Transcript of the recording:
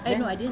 then